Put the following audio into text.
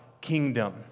kingdom